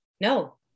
no